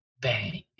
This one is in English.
Bang